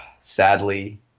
Sadly